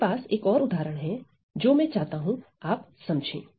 मेरे पास एक और उदाहरण है जो मैं चाहता हूं आप समझे